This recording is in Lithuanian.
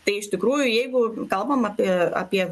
tai iš tikrųjų jeigu kalbam apie apie